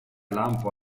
lampo